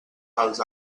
als